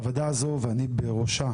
הוועדה הזאת, ואני בראשה,